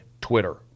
Twitter